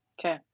Okay